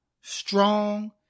strong